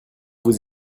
vous